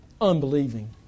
Unbelieving